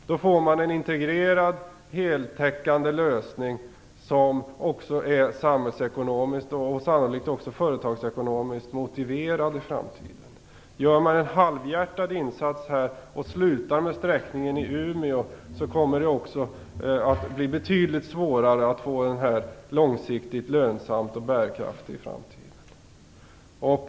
Då får man en integrerad heltäckande lösning som också är samhällsekonomiskt, och sannolikt också företagsekonomiskt, motiverad i framtiden. Om man gör en halvhjärtad insats och slutar med sträckningen i Umeå kommer det att bli betydligt svårare att få den långsiktigt lönsam och bärkraftig i framtiden.